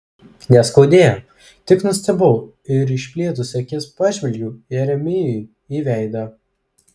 neskaudėjo tik nustebau ir išplėtusi akis pažvelgiau jeremijui į veidą